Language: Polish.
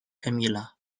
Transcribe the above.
emila